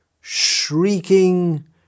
shrieking